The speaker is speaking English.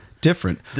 Different